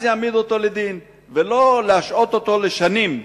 אז יעמידו אותו לדין, ולא להשעות אותו לשנים.